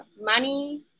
money